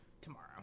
tomorrow